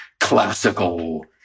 classical